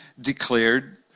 declared